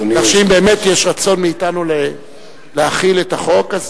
כך שאם באמת יש רצון מאתנו להחיל את החוק,